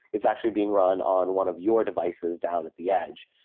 it's actually being run on one of your devices down at the edge,